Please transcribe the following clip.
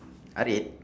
R eight